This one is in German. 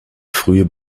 frühe